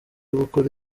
ugukora